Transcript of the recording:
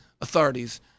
authorities